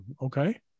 Okay